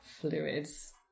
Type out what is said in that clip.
fluids